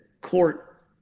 court